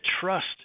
trust